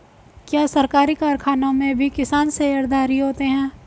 क्या सरकारी कारखानों में भी किसान शेयरधारी होते हैं?